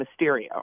Mysterio